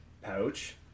pouch